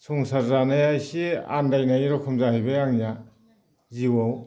संसार जानाया इसे आनदायनाय रखम जाहैबाय आंनिया जिउआव